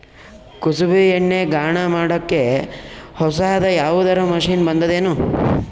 ಕುಸುಬಿ ಎಣ್ಣೆ ಗಾಣಾ ಮಾಡಕ್ಕೆ ಹೊಸಾದ ಯಾವುದರ ಮಷಿನ್ ಬಂದದೆನು?